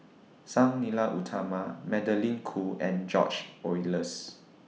Sang Nila Utama Magdalene Khoo and George Oehlers